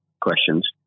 questions